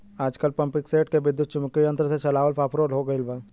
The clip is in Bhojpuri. आजकल पम्पींगसेट के विद्युत्चुम्बकत्व यंत्र से चलावल पॉपुलर हो गईल बा